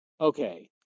Okay